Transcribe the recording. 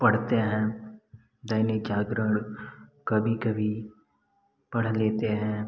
पढ़ते हैं दैनिक जागरण कभी कभी पढ़ लेते हैं